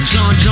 John